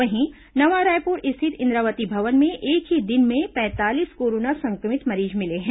वहीं नवा रायपुर स्थित इंद्रावती भवन में एक ही दिन में पैंतालीस कोरोना संक्र मित मरीज मिले हैं